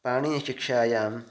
पाणिनिशिक्षायां